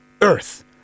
Earth